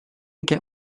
get